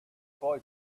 boy